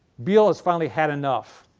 biele has finally had enough.